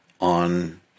on